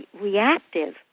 reactive